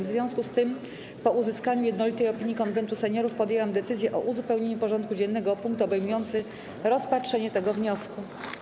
W związku z tym, po uzyskaniu jednolitej opinii Konwentu Seniorów, podjęłam decyzję o uzupełnieniu porządku dziennego o punkt obejmujący rozpatrzenie tego wniosku.